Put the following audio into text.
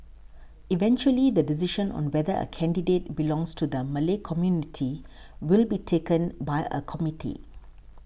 eventually the decision on whether a candidate belongs to the Malay community will be taken by a committee